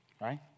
right